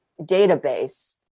database